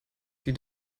die